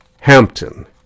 hampton